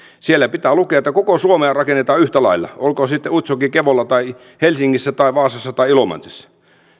sinne pitää kirjata selvällä suomen kielellä että koko suomea rakennetaan yhtä lailla olkoon se sitten utsjoki kevolla tai helsingissä tai vaasassa tai ilomantsissa